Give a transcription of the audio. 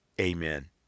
amen